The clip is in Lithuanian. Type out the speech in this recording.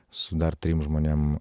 su dar trim žmonėm